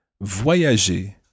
voyager